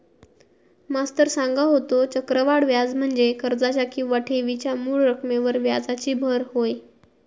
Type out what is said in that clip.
मास्तर सांगा होतो, चक्रवाढ व्याज म्हणजे कर्जाच्या किंवा ठेवीच्या मूळ रकमेवर व्याजाची भर होय